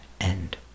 end